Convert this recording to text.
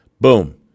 Boom